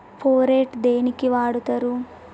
Phorate దేనికి వాడుతరు?